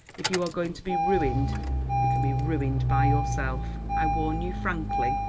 if you are going to be ruined you can be ruined by yourself. i warn you frankly,